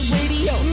Radio